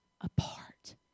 apart